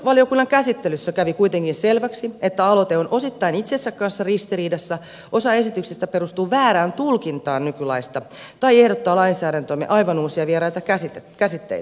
sivistysvaliokunnan käsittelyssä kävi kuitenkin selväksi että aloite on osittain itsensä kanssa ristiriidassa osa esityksistä perustuu väärään tulkintaan nykylaista tai ehdottaa lainsäädäntöömme aivan uusia vieraita käsitteitä